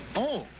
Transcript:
oh!